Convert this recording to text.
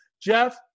Jeff